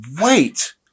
wait